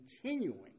continuing